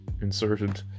inserted